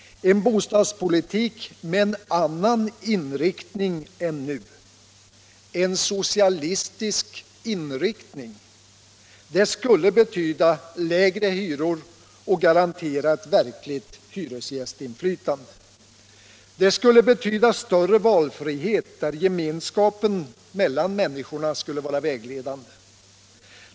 En bostadspolitik med en annan inriktning än den nuvarande, en socialistisk inriktning, skulle innebära lägre hyror och garantera ett verkligt hyresgästinflytande. Den skulle medföra större valfrihet, där gemenskapen mellan människorna skulle vara vägledande.